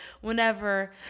whenever